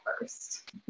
first